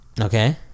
Okay